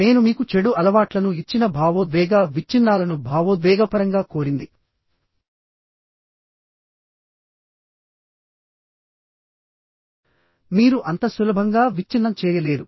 నేను మీకు చెడు అలవాట్లను ఇచ్చిన భావోద్వేగ విచ్ఛిన్నాలను భావోద్వేగపరంగా కోరింది మీరు అంత సులభంగా విచ్ఛిన్నం చేయలేరు